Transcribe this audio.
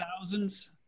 thousands